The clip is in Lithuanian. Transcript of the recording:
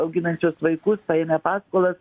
auginančios vaikus paėmę paskolas